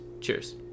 Cheers